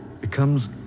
becomes